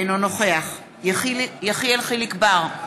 אינו נוכח יחיאל חיליק בר,